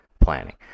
planning